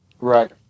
Right